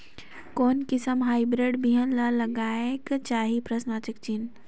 कोन किसम हाईब्रिड बिहान ला लगायेक चाही?